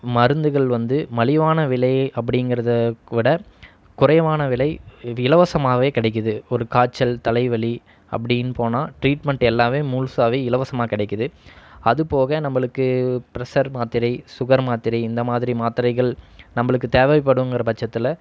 மருந்துகள் வந்து மலிவான விலை அப்படிங்கிறத விட குறைவான விலை இலவசமாகவே கிடைக்குது ஒரு காய்ச்சல் தலைவலி அப்படின்னு போனால் ட்ரீட்மெண்ட் எல்லாமே முழுசாகவே இலவசமாக கிடைக்குது அதுப்போக நம்மளுக்கு ப்ரஷ்ஷர் மாத்திரை சுகர் மாத்திரை இந்தமாதிரி மாத்திரைகள் நம்மளுக்கு தேவைப்படுங்கிற பட்சத்தில்